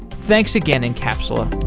thanks again incapsula